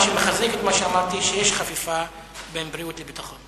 מה שמחזק את מה שאמרתי שיש חפיפה בין בריאות לביטחון.